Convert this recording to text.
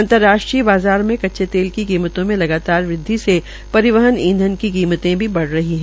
अतंर्राष्ट्रीय बाज़ार में कच्चे तेल की कीमतों में लगातार वृद्वि से परिवहन ईंधन की कीमतें भी बढ़ रही है